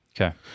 Okay